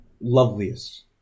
loveliest